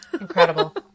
Incredible